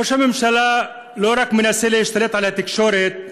ראש הממשלה לא רק מנסה להשתלט על התקשורת,